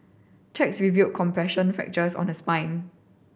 checks review compression fractures on her spine